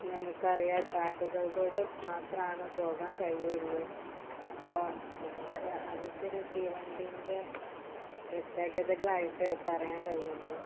നമുക്കറിയാം ട്രാക്കിൽ കൂടെ മാത്രമാണ് പോകാൻ കഴിയുകയുള്ളു അപ്പോൾ നമുക്ക് അതൊക്കെ ഒരു തീവണ്ടീൻ്റെ പ്രത്യേകതകളായിട്ട് പറയാൻ കഴിയുകയുള്ളു